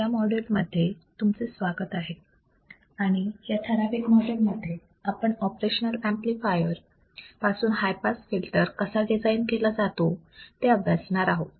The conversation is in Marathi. या माॅड्यूल मध्ये तुमचं स्वागत आहे आणि या ठराविक माॅड्यूल मध्ये आपण ऑपरेशनल ऍम्प्लिफायर पासून हाय पास फिल्टर कसा डिझाईन केला जातो ते अभ्यासणार आहोत